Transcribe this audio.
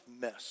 mess